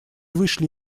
вышли